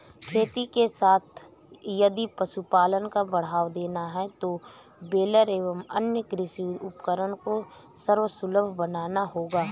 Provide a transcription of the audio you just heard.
खेती के साथ यदि पशुपालन को बढ़ावा देना है तो बेलर एवं अन्य कृषि उपकरण को सर्वसुलभ बनाना होगा